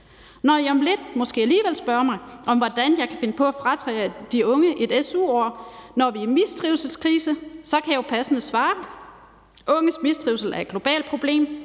Når I om lidt måske alligevel spørger mig om, hvordan jeg kan finde på at fratage de unge et su-år, når vi er i mistrivselskrise, kan jeg jo passende svare: Unges mistrivsel er et globalt problem